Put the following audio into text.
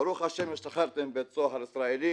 ברוך השם, השתחררתי מבית הסוהר הישראלי,